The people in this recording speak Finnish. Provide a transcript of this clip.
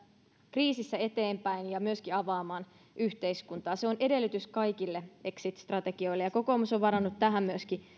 kriisissä eteenpäin ja myöskin avaamaan yhteiskuntaa se on edellytys kaikille exit strategioille ja kokoomus on varannut myöskin tähän